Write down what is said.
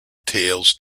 tales